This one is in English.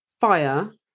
fire